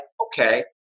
okay